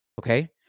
okay